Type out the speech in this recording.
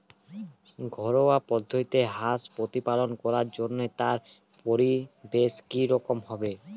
ঘরোয়া পদ্ধতিতে হাঁস প্রতিপালন করার জন্য তার পরিবেশ কী রকম হবে?